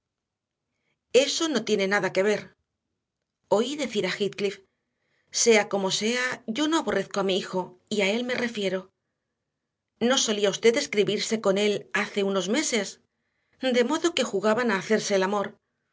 eso no tiene nada que ver oí decir a heathcliff sea como sea yo no aborrezco a mi hijo y a él me refiero no solía usted escribirse con él hace unos meses de modo que jugaban a hacerse el amor